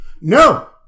No